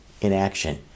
inaction